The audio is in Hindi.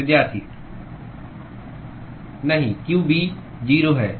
नहीं qB 0 है